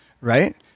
Right